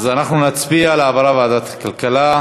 אז אנחנו נצביע על העברה לוועדת הכלכלה.